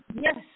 yes